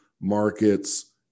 markets